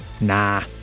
Nah